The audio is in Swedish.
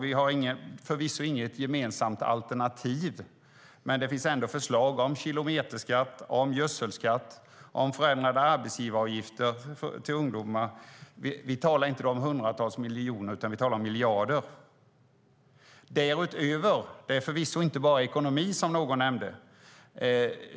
Vi har förvisso inget gemensamt alternativ, men det finns ändå förslag om kilometerskatt, gödselskatt och förändrade arbetsgivaravgifter för ungdomar. Vi talar då inte om hundratals miljoner utan om miljarder. Därutöver är det förvisso inte bara ekonomi.